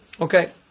Okay